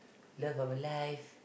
love of life